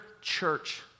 church